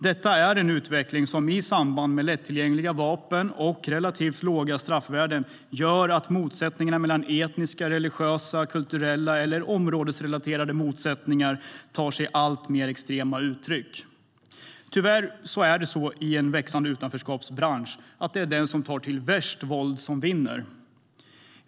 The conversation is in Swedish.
Detta är en utveckling som i samband med lättillgängliga vapen och relativt låga straffvärden gör att etniska, religiösa, kulturella eller områdesrelaterade motsättningar tar sig alltmer extrema uttryck. Tyvärr är det så i en växande utanförskapsbransch att den som tar till värst våld vinner.